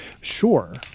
Sure